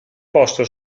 posto